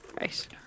Right